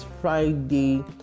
Friday